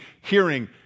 hearing